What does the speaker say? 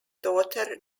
daughter